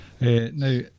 now